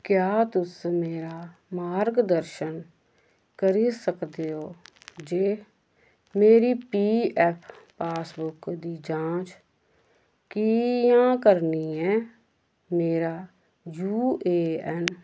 क्या तुस मेरा मार्गदर्शन करी सकदे ओ जे मेरी पी एफ पासबुक दी जांच कि'यां करनी ऐ मेरा यू ए एन